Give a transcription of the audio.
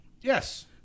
Yes